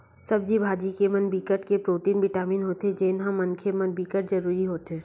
सब्जी भाजी के म बिकट के प्रोटीन, बिटामिन होथे जेन ह मनखे बर बिकट जरूरी होथे